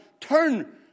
turn